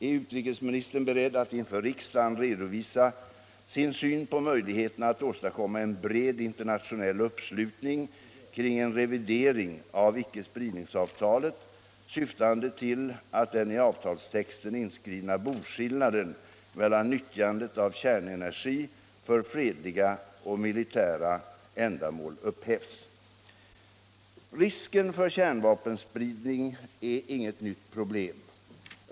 Är utrikesministern beredd att inför riksdagen redovisa sin syn på möjligheterna att åstadkomma en bred internationell uppslutning kring en revidering av icke-spridningsavtalet syftande till att den i avtalstexten inskrivna boskillnaden mellan nyttjandet av kärnenergi för fredliga och militära ändamål upphävs?” Risken för kärnvapenspridning är inget nytt problem.